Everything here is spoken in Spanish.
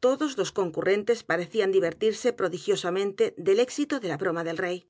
todos los concurrentes parecían divertise prodigiosamente del éxito de la broma del rey